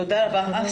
תודה רבה.